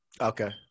Okay